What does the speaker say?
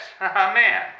man